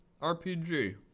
RPG